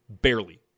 barely